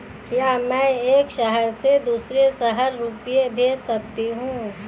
क्या मैं एक शहर से दूसरे शहर रुपये भेज सकती हूँ?